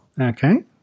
Okay